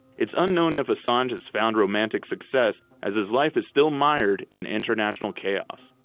it's unknown if assange has found romantic success as his life is still mired in international chaos.